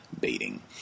baiting